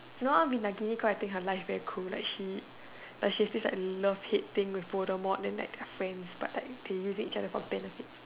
no I want to be like Nagini cause I think her life very cool like she she has this love hate thing with Voldemort then like friends but like they using each other for benefits